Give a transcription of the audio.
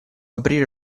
aprire